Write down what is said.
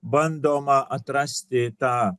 bandoma atrasti ta